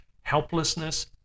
helplessness